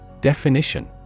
Definition